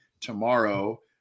tomorrow